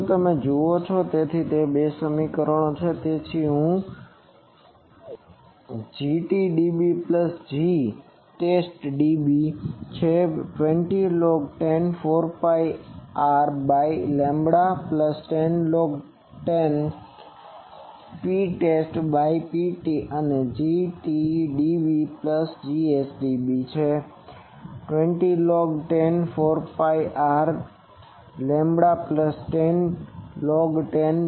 હવે તમે જુઓ છો કે તે બે સમીકરણો શું છે તેથી હું Gt dB plus Gtest dB છે 20log10 4 pi R by lambda plus 10log10 Ptest by Pt અને Gt dB plus Gs dB છે 20log10 4 pi R by lambda plus 10log10 Ps by Pt